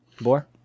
Boar